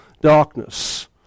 darkness